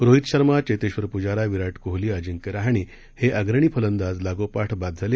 रोहित शर्मा चेतेंबर प्रजारा विराट कोहली अजिंक्य रहाणे हे अग्रणी फलंदाज लागोपाठ बाद झाले